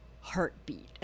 heartbeat